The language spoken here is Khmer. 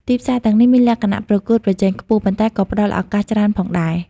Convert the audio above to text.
ទីផ្សារទាំងនេះមានលក្ខណៈប្រកួតប្រជែងខ្ពស់ ប៉ុន្តែក៏ផ្តល់ឱកាសច្រើនផងដែរ។